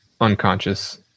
unconscious